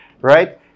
right